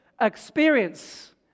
experience